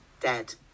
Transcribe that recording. dead